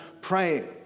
praying